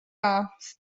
off